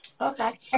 Okay